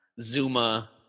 zuma